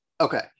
Okay